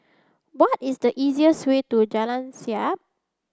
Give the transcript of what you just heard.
what is the easiest way to Jalan Siap